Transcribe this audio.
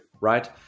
right